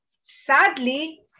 Sadly